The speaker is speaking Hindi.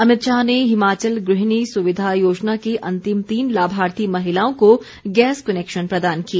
अमित शाह ने हिमाचल गृहिणी सुविधा योजना की अंतिम तीन लाभार्थी महिलाओं को गैस कनैक्शन प्रदान किए